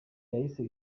yahise